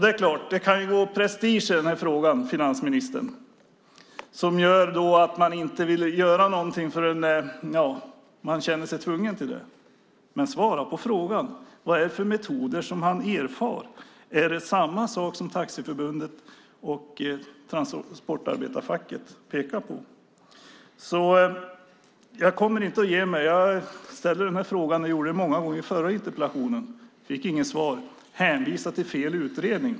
Det är klart, finansministern, att prestige i frågan kan göra att man inte vill göra någonting förrän man känner sig tvungen till det. Men svara på frågan! Vilka metoder är det han erfarit? Är det samma som det Taxiförbundet och transportarbetarfacket pekar på? Jag kommer inte att ge mig. Jag fortsätter att ställa frågan och har ställt den många gånger i samband med den förra interpellationen men har alltså inte fått svar. Det har dessutom hänvisats till fel utredning.